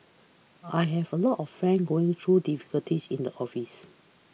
I have a lot of friends going through difficulties in the office